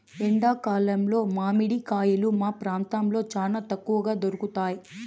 ఎండా కాలంలో మామిడి కాయలు మా ప్రాంతంలో చానా తక్కువగా దొరుకుతయ్